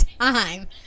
time